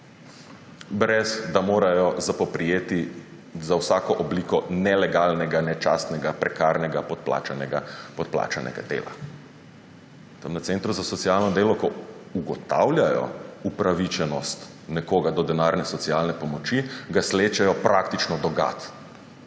ne da morajo poprijeti za vsako obliko nelegalnega, nečastnega, prekarnega, podplačanega dela. Tam na centru za socialno delo, ko ugotavljajo upravičenost nekoga do denarne socialne pomoči, ga slečejo praktično do gat